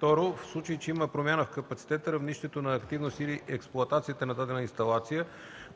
(2) В случай че има промяна в капацитета, равнището на активност или експлоатация на дадена инсталация,